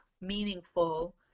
meaningful